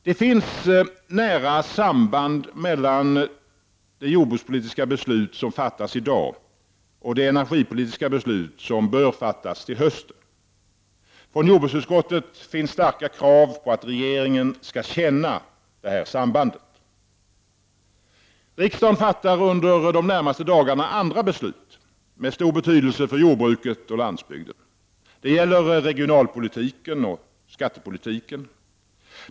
Det finns nära samband mellan det jordbrukspolitiska beslut som fattas i dag och det energipolitiska beslut som bör fattas till hösten. Från jordbruksutskottet finns starka krav på att regeringen skall känna detta samband. Riksdagen fattar under de närmaste dagarna andra beslut med stor betydelse för jordbruket och landsbygden. Det gäller regionalpolitiken och skattepolitiken.